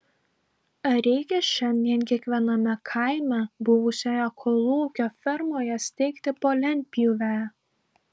ar reikia šiandien kiekviename kaime buvusioje kolūkio fermoje steigti po lentpjūvę